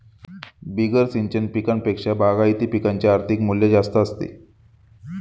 बिगर सिंचन पिकांपेक्षा बागायती पिकांचे आर्थिक मूल्य जास्त असते